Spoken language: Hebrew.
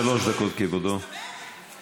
אתם צריכים לקבל החלטה ולהצביע על חוק